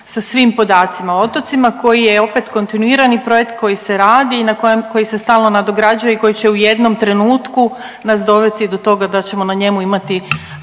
sa svim podacima o otocima koji je opet kontinuirani projekt koji se radi i koji se stalno nadograđuje i koji će u jednom trenutku nas dovesti do toga da ćemo na njemu imati